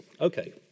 okay